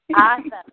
Awesome